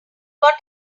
mirror